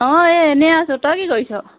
অঁ এই এনেই আছোঁ তই কি কৰিছ